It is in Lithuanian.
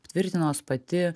tvirtinuos pati